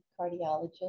cardiologist